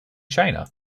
china